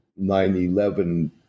9-11